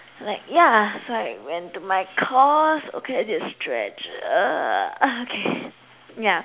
I'm like yeah so I went to my course okay I need to stretch okay yeah